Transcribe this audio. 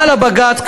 יכול היה בג"ץ,